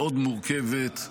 מאוד מורכבת,